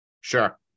Sure